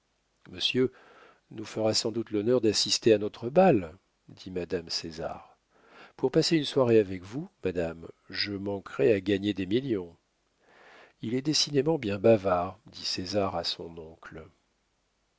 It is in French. monsieur nous fera sans doute l'honneur d'assister à notre bal dit madame césar pour passer une soirée avec vous madame je manquerais à gagner des millions il est décidément bien bavard dit césar à son oncle